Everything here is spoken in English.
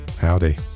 howdy